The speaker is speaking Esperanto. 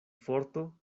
forto